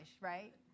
right